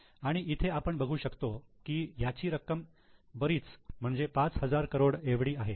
आणि इथे आपण बघू शकतो की याची रक्कम बरीच म्हणजे 5000 करोड एवढी आहे